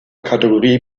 kategorie